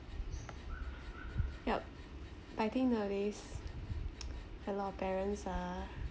yup I think nowadays a lot of parents are